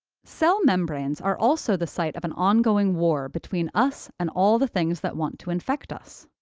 cell membranes are also the site of an ongoing war between us and all the things that want to infect us.